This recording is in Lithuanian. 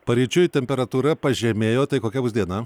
paryčiui temperatūra pažemėjo tai kokia bus diena